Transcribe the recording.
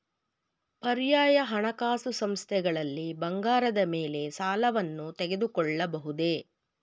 ಪರ್ಯಾಯ ಹಣಕಾಸು ಸಂಸ್ಥೆಗಳಲ್ಲಿ ಬಂಗಾರದ ಮೇಲೆ ಸಾಲವನ್ನು ತೆಗೆದುಕೊಳ್ಳಬಹುದೇ?